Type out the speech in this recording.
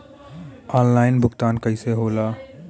Online भुगतान कैसे होए ला?